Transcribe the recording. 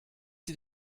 sie